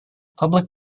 public